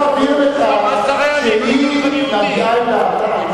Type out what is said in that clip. אני רוצה להבהיר לך שהיא מביעה את דעתה.